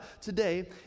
today